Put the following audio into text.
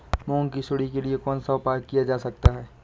मूंग की सुंडी के लिए कौन सा उपाय किया जा सकता है?